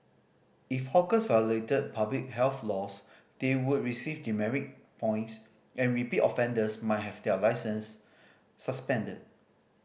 if hawkers violated public health laws they would receive demerit points and repeat offenders might have their licences suspended